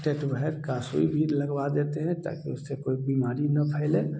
Tetvac का सुई लगवा देते हैं ताकि उससे कोई बीमारी ना फैले